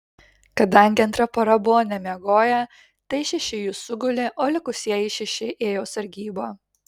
kadangi antra para buvo nemiegoję tai šeši jų sugulė o likusieji šeši ėjo sargybą